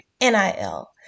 NIL